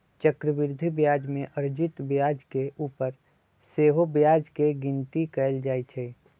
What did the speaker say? चक्रवृद्धि ब्याज में अर्जित ब्याज के ऊपर सेहो ब्याज के गिनति कएल जाइ छइ